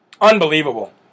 Unbelievable